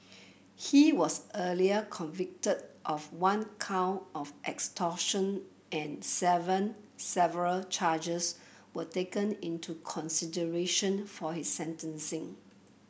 he was earlier convicted of one count of extortion and seven several charges were taken into consideration for his sentencing